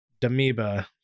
Damiba